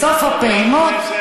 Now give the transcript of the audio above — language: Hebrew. בסוף הפעימות,